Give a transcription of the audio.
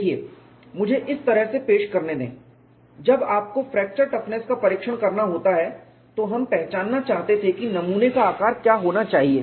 देखिये मुझे इसे इस तरह से पेश करने दें जब आपको फ्रैक्चर टफनेस का परीक्षण करना होता है तो हम पहचानना चाहते थे कि नमूने का आकार क्या होना चाहिए